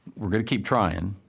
we're going to keep trying.